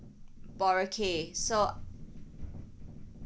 boracay so